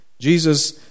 Jesus